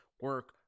Work